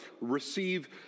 receive